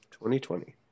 2020